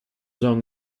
long